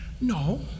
No